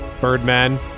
Birdman